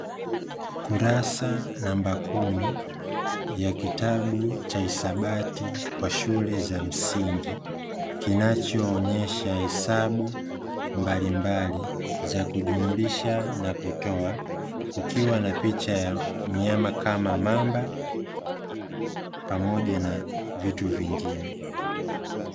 Kurasa namba kumi ya kitabu cha hisabati kwa shule za msingi kinachoonyesha hesabu mbalimbali za kujumlisha na kutoa, kukiwa na picha ya myama kama mamba pamoja na vitu vingine.